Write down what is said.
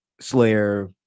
Slayer